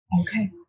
Okay